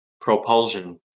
Propulsion